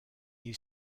new